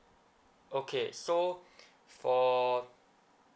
okay so for